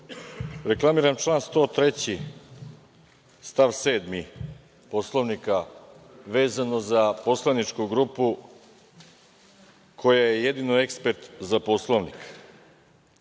reklamiram član 103. stav 7. Poslovnika, vezano za poslaničku grupu koja je jedino ekspert za Poslovnik. Konačno